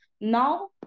now